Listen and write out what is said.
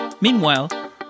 Meanwhile